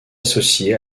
associé